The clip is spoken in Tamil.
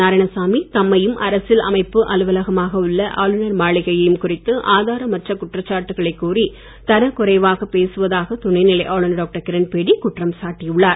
நாராயணசாமி தம்மையும் அரசியல் அமைப்பு அலுவலகமாக உள்ள ஆளுநர் மாளிகையையும் குறித்து ஆதாரமற்ற குற்றச்சாட்டுகளை கூறி தரக்குறைவாக பேசுவதாக துணைநிலை ஆளுநர் டாக்டர் கிரண்பேடி குற்றம் சாட்டியுள்ளார்